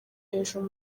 hejuru